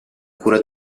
cura